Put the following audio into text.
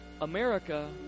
America